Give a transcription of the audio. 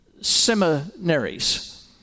seminaries